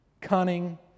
cunning